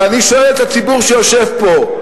אבל אני שואל את הציבור שיושב פה: